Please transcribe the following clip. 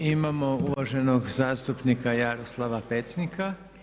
Imamo uvaženog zastupnika Jaroslava Pecnika.